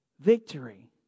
victory